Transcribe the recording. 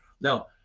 Now